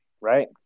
right